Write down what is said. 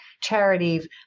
charities